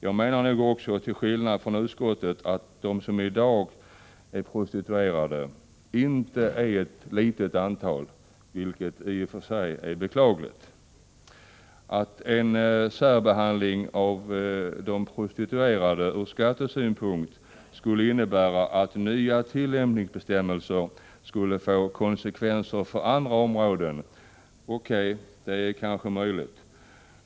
Jag menar nog också, till skillnad från utskottet, att de som i dag är prostituerade inte är ett litet antal, vilket i och för sig är beklagligt. Att en särbehandling av de prostituerade ur skattesynpunkt skulle innebära att nya tillämpningsbestämmelser skulle få konsekvenser för andra områden är kanske möjligt.